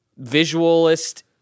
visualist